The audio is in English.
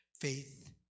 faith